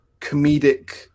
comedic